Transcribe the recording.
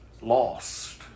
lost